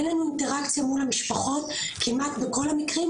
אין לנו אינטראקציה מול המשפחות כמעט בכל המקרים,